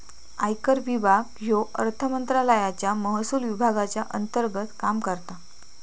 आयकर विभाग ह्यो अर्थमंत्रालयाच्या महसुल विभागाच्या अंतर्गत काम करता